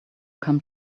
come